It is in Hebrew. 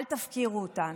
אל תפקירו אותנו.